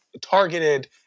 targeted